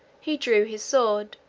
he drew his sword,